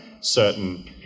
certain